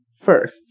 First